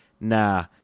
nah